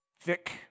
thick